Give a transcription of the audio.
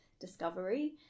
discovery